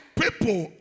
people